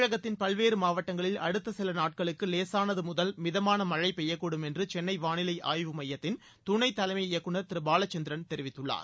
தமிழகத்தின் பல்வேறு மாவட்டங்களில் அடுத்த சில நாட்களுக்கு லேசானது முதல் மிதமான மழை பெய்யக்கூடும் என்று சென்னை வாளிலை ஆய்வு மையத்தின் துணை தலைமை இயக்குநர் திரு பாலச்சந்திரன் தெரிவித்துள்ளார்